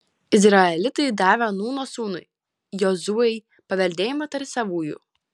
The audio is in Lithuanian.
izraelitai davė nūno sūnui jozuei paveldėjimą tarp savųjų